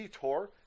tour